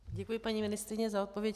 Děkuji, paní ministryně, za odpověď.